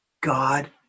God